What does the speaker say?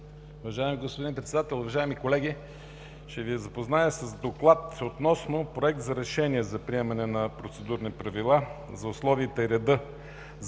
Уважаеми господин Председател, уважаеми колеги! Ще Ви запозная с: „ДОКЛАД относно Проект на решение за приемане на процедурни правила за условията и реда за